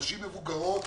נשים מבוגרות